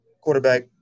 quarterback